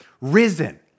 risen